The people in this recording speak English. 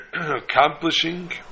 accomplishing